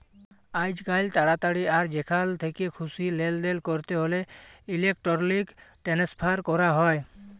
আইজকাল তাড়াতাড়ি আর যেখাল থ্যাকে খুশি লেলদেল ক্যরতে হ্যলে ইলেকটরলিক টেনেসফার ক্যরা হয়